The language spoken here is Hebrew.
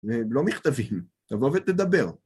לא מכתבים, תבוא ותדבר.